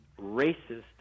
racist